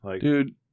Dude